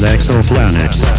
Exoplanets